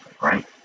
right